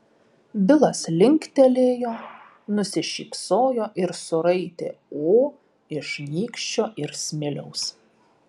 bilas linktelėjo nusišypsojo ir suraitė o iš nykščio ir smiliaus